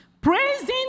Praising